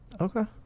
okay